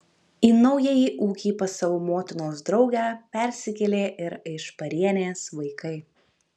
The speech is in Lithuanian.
į naująjį ūkį pas savo motinos draugę persikėlė ir aišparienės vaikai